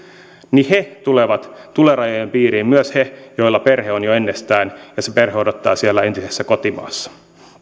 he tulevat tulorajojen piiriin myös he joilla perhe on jo ennestään ja se perhe odottaa siellä entisessä kotimaassa